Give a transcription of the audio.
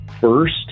first